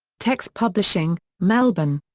text publishing, melbourne.